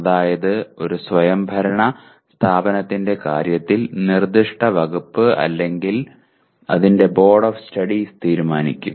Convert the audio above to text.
അതായത് ഒരു സ്വയംഭരണ സ്ഥാപനത്തിന്റെ കാര്യത്തിൽ നിർദിഷ്ട വകുപ്പ് അല്ലെങ്കിൽ അതിന്റെ ബോർഡ് ഓഫ് സ്റ്റഡീസ് തീരുമാനിക്കും